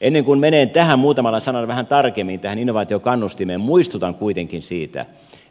ennen kuin menen muutamalla sanalla vähän tarkemmin tähän innovaatiokannustimeen muistutan kuitenkin siitä